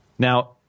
Now